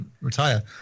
retire